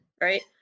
right